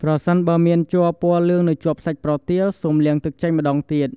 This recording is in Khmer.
ប្រសិនបើមានជ័រពណ៌លឿងនៅជាប់សាច់ប្រទាល សូមលាងទឹកចេញម្ដងទៀត។